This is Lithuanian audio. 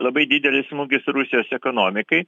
labai didelis smūgis rusijos ekonomikai